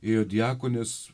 ėjo diakonės